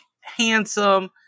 handsome